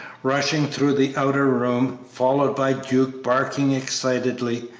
rushing through the outer room, followed by duke barking excitedly,